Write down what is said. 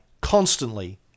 constantly